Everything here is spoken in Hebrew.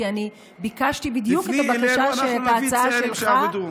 כי אני ביקשתי בדיוק את ההצעה שלך.